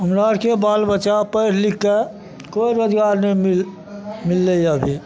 हमरा आरके बाल बच्चा पैढ़ लिख कऽ कोइ रोजगार नहि मिल मिललैया अभी